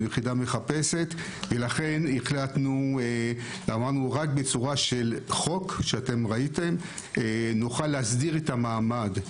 יחידה מחפשת לכן אמרנו שרק בצורת חוק שראיתם נוכל להסדיר את המעמד.